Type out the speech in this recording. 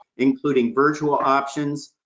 including virtual options,